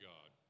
God